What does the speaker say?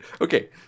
okay